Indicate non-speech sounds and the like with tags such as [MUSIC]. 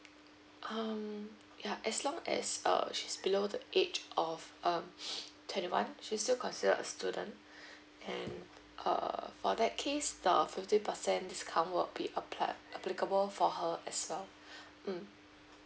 um ya as long as uh she's below the age of um [BREATH] twenty one she's still consider a student and uh for that case the a fifteen percent discount will be applied applicable for her as well mm